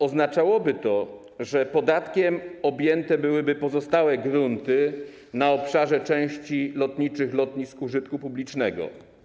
Oznaczałoby to, że podatkiem objęte byłyby pozostałe grunty na obszarze części lotniczych lotnisk użytku publicznego.